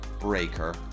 Breaker